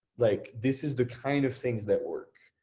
like this is the kind of things that work.